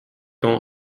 ans